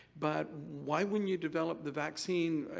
but why wouldn't you develop the vaccine,